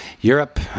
Europe